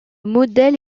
modèle